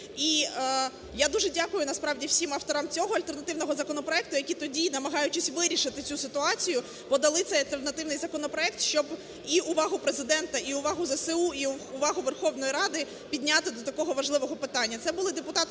І я дуже дякую, насправді, всім авторам цього альтернативного проекту, які тоді, намагаючись вирішити цю ситуацію, подали цей альтернативний законопроект, щоб і увагу Президента, і увагу ЗСУ, і увагу Верховної Ради підняти до такого важливого питання.